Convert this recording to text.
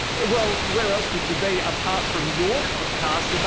well, where else would you be apart from your podcasts, but